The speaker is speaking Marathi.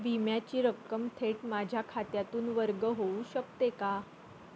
विम्याची रक्कम थेट माझ्या खात्यातून वर्ग होऊ शकते का?